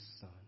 son